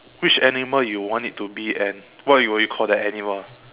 which animal you want it to be and what will you call the animal